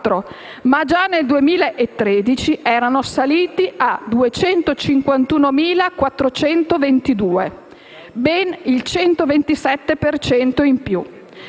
ma già nel 2013 erano saliti a 251.422: ben il 127 per